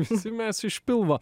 visi mes iš pilvo